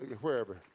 wherever